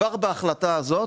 כבר בהחלטה הזו,